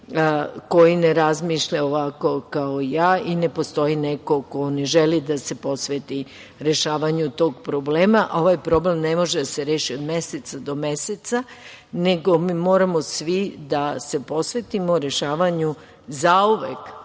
koji ne razmišlja ovako kao i ja i ne postoji neko ko ne želi da se posveti rešavanju tog problema, a ovaj problem na može da se reši od meseca do meseca, nego mi moramo svi da se posvetimo rešavanju, zauvek,